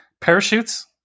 parachutes